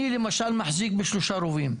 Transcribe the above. אני למשל מחזיק בשלושה רובים.